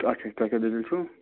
اَچھا تۄہہِ کیٛاہ دٔلیٖل چھُو